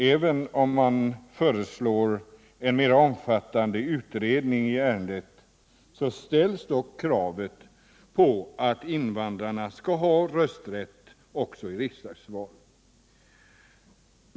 Även om man föreslår en mer omfattande utredning i ärendet, så ställs dock krav på att invandrarna skall ha rösträtt också i riksdagsval.